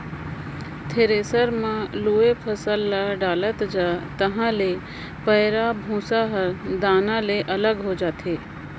thresher मे लुवय फसल ल डालत जा तहाँ ले पैराःभूसा हर दाना ले अलग हो जाथे